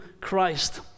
Christ